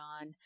on